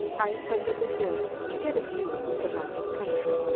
i ascended a hill to get a view of the surrounding country.